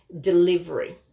delivery